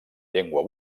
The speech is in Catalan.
llengua